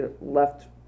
left